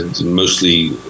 mostly